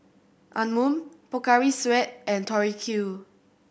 Anmum Pocari Sweat and Tori Q